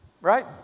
right